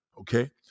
okay